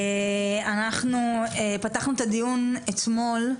אנחנו פתחנו את הדיון אתמול,